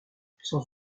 sans